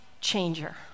changer